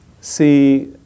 see